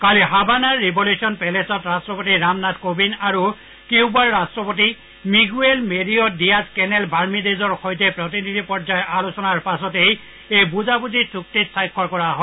কালি হাভানাৰ ৰিভোলুচন পেলেচত ৰাট্টপতি ৰামনাথ কোবিন্দ আৰু কিউবাৰ ৰট্টপতি মিণুৱেল মেৰিঅ ডিয়াজ কেনেল বাৰ্মিদেজৰ সৈতে প্ৰতিনিধি পৰ্যায়ৰ আলোচনাৰ পাছতে এই বুজাবুজিৰ চুক্তিত স্বাক্ষৰ কৰা হয়